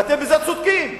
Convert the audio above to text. ואתם צודקים בזה.